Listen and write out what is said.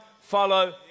follow